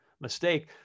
mistake